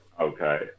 Okay